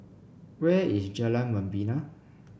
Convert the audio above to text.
where is Jalan Membina